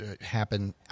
happen